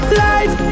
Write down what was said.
life